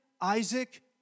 Isaac